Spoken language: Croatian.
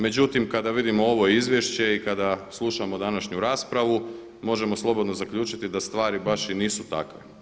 Međutim kada vidimo ovo izvješće i kada slušamo današnju raspravu možemo slobodno zaključiti da stvari baš i nisu takve.